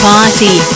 Party